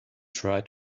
try